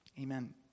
Amen